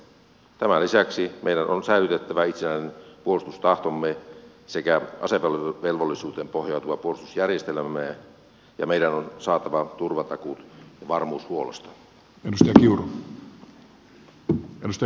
tämän lisäksi meidän on säilytettävä itsenäinen puolustustahtomme sekä asevelvollisuuteen pohjautuva puolustusjärjestelmämme ja meidän on saatava turvatakuut ja varmuus huollosta